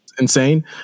insane